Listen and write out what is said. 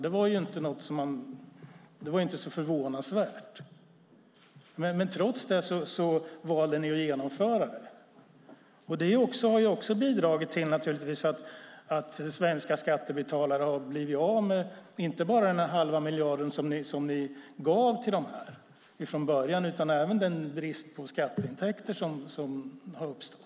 Det var inte så förvånansvärt. Trots det valde ni att genomföra det. Det har naturligtvis också bidragit till att svenska skattebetalare har blivit av med inte bara den halva miljard som ni gav de här företagen från början utan även skatteintäkter så att en brist har uppstått.